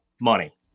money